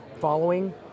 following